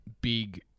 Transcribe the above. big